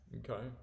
okay